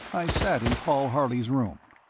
i sat in paul harley's room.